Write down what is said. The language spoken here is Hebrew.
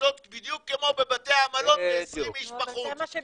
למסעדות בדיוק כמו בבתי המלון ו-20 איש בחוץ.